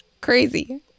crazy